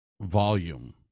volume